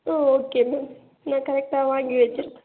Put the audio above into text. ம் okay ma'am நான் கரெக்டாக வாங்கி வச்சி